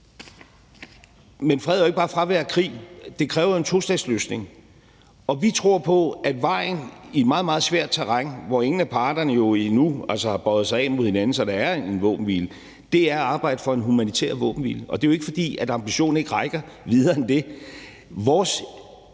Men fred er jo ikke bare fravær af krig. Det kræver en tostatsløsning, og vi tror på, at vejen i et meget, meget svært terræn, hvor ingen parterne endnu har bøjet sig af mod hinanden, så der er en våbenhvile, er at arbejde for en humanitær våbenhvile. Det er ikke, fordi ambitionerne ikke rækker videre end det.